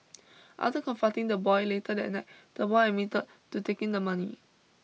after confronting the boy later that night the boy admitted to taking the money